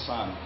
Son